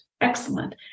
excellent